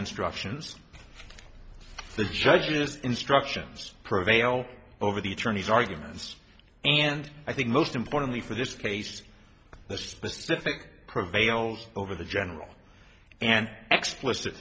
instructions of the judges instructions prevail over the attorney's arguments and i think most importantly for this case the specific prevails over the general and explicit